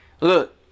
look